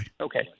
Okay